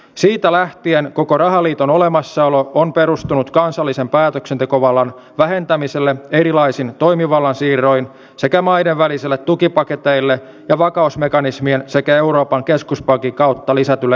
siitä lähtien koko rahaliiton olemassaolo on perustunut kansallisen päätöksentekovallan vähentämiselle erilaisin toimivallan siirroin sekä maiden välisille tukipaketeille ja vakausmekanismien sekä euroopan keskuspankin kautta lisätylle yhteisvastuulle